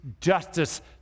justice